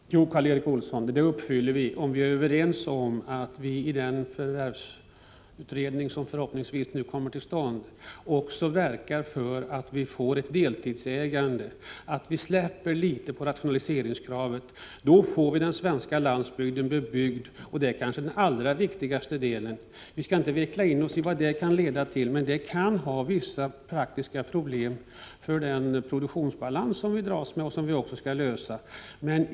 Herr talman! Jo, Karl Erik Olsson, vi uppfyller målen ifall vi är överens om att vi i den förvärvsutredning som förhoppningsvis nu kommer till stånd också verkar för att det blir ett deltidsägande och att vi släpper litet på rationaliseringskravet. Då får vi den svenska landsbygden bebyggd, och det är kanske den allra viktigaste delen. Vi skall inte veckla in oss i vad detta kan leda till, men det kan medföra vissa praktiska problem för den produktionsbalans vi dras med och som också är något som vi skall lösa.